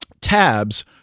tabs